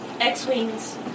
X-Wings